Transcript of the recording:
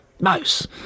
Mouse